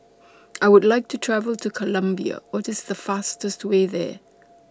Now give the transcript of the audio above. I Would like to travel to Colombia What IS The fastest Way There